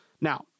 Now